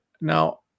Now